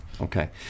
Okay